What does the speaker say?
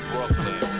Brooklyn